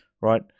right